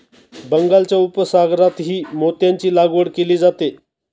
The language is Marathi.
बंगालच्या उपसागरातही मोत्यांची लागवड केली जाते